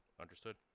Understood